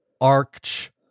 arch